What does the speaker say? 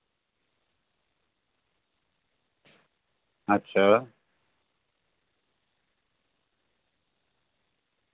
अच्छा